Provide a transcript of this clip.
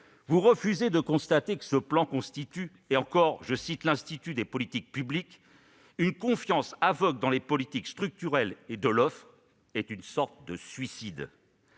Vous refusez de constater que ce plan constitue- je cite encore l'Institut des politiques publiques -une « confiance aveugle dans les politiques structurelles et de l'offre » et qu'il